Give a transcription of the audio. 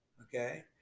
Okay